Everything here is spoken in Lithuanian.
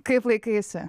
kaip laikaisi